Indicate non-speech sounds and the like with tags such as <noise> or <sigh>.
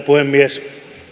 <unintelligible> puhemies